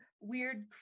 weird